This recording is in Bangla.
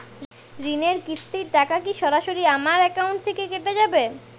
ঋণের কিস্তির টাকা কি সরাসরি আমার অ্যাকাউন্ট থেকে কেটে যাবে?